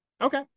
Okay